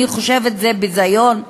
אני חושבת שזה ביזיון.